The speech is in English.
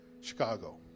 Chicago